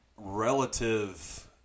relative